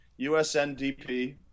USNDP